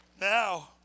now